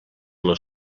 les